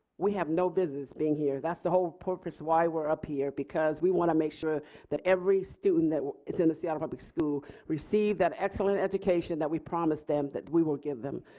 we have no business being here, that's the whole focus of why were up here because we want to make sure that every student that is in the seattle public schools receives that excellent education that we promised them that we will give them.